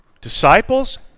disciples